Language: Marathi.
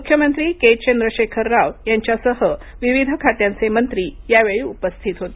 मुख्यमंत्री के चंद्र शेखर राव यांच्यासह विविध खात्यांचे मंत्री यावेळी उपस्थित होते